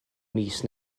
mis